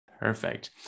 Perfect